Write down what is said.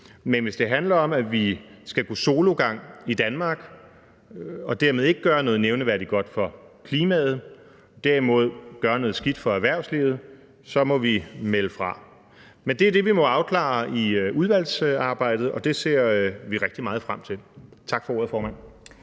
Men hvis det handler om, at vi i Danmark skal gå sologang og dermed ikke gøre noget nævneværdigt godt for klimaet – derimod gøre noget skidt for erhvervslivet – så må vi melde fra. Men det er det, vi må afklare i udvalgsarbejdet, og det ser vi rigtig meget frem til. Tak for ordet, formand.